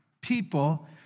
people